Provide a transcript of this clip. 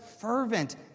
fervent